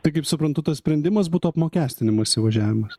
tai kaip suprantu tas sprendimas būtų apmokestinimas įvažiavimas